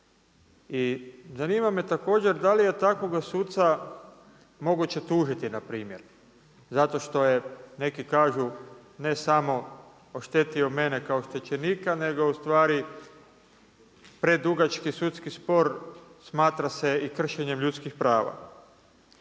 I zanima me također, da li je takvoga suca moguće tužiti, na primjer, zato što je neki kažu ne samo oštetio mene kao oštećenika, nego ustvari predugački sudski spor, smatra se i kršenje ljudskih prava.